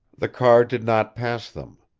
the car did not pass them.